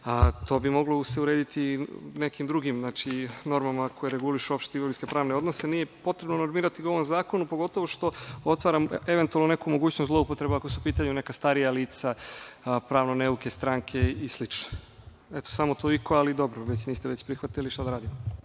to bi se moglo urediti i nekim drugim normama koje regulišu opšta i imovinsko-pravne odnose. Nije potrebno normirati u ovom zakonu, pogotovo što otvara eventualno neku mogućnost zloupotreba ako su u pitanju neka starija lica, pravno neuke stranke i slično. Eto, samo toliko, ali niste prihvatili, šta da radim.